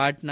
Patna